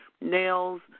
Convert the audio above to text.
nails